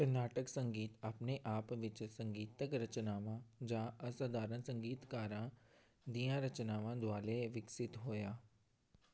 ਕਰਨਾਟਕ ਸੰਗੀਤ ਆਪਣੇ ਆਪ ਵਿੱਚ ਸੰਗੀਤਕ ਰਚਨਾਵਾਂ ਜਾਂ ਅਸਧਾਰਣ ਸੰਗੀਤਕਾਰਾਂ ਦੀਆਂ ਰਚਨਾਵਾਂ ਦੁਆਲੇ ਵਿਕਸਤ ਹੋਇਆ